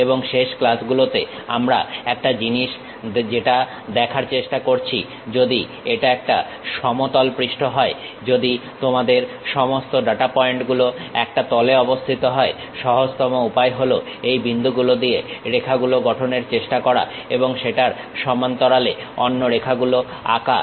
এবং শেষ ক্লাসগুলোতে আমরা একটা জিনিস যেটা দেখার চেষ্টা করেছি যদি এটা একটা সমতল পৃষ্ঠ হয় যদি তোমাদের সমস্ত ডাটা পয়েন্ট গুলো একটা তলে অবস্থিত হয় সহজতম উপায় হলো এই বিন্দুগুলো দিয়ে রেখাগুলো গঠনের চেষ্টা করা এবং সেটার সমান্তরালে অন্য রেখাগুলো আঁকা